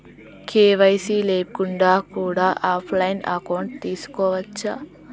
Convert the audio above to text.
KYC లేకుండా కూడా offline account తీసుకోవచ్చా?